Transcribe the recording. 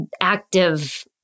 active